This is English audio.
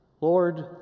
Lord